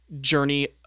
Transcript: journey